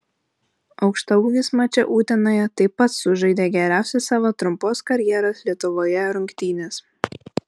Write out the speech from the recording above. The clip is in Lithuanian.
aukštaūgis mače utenoje taip pat sužaidė geriausias savo trumpos karjeros lietuvoje rungtynes